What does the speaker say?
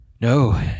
No